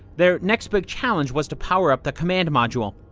their next big challenge was to power up the command module.